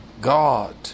God